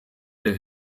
der